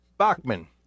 Bachman